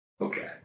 Okay